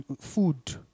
food